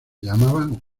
llamaban